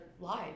lives